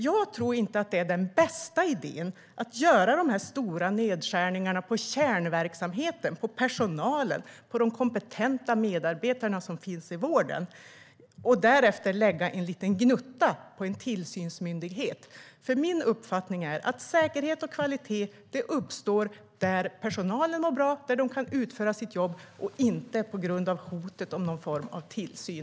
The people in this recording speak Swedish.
Jag tror inte att det är den bästa idén att göra de här stora nedskärningarna på kärnverksamheten och på personalen och de kompetenta medarbetarna i vården och därefter lägga en liten gnutta på en tillsynsmyndighet. Min uppfattning är att säkerhet och kvalitet uppstår där personalen mår bra och kan utföra sitt jobb och inte på grund av hotet om någon form av tillsyn.